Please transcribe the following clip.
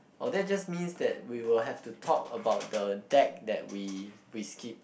oh that just means that we will have to talk about the deck that we we skipped